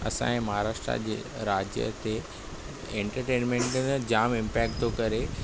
असांजे महाराष्ट्र जे राज्य ते एंटरटेनमेंट त जाम इम्पैक्ट थो करे